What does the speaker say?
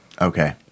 Okay